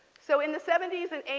so in the seventy s and eighty